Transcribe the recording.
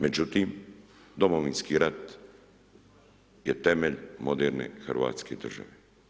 Međutim, Domovinski rat je temelj moderne hrvatske države.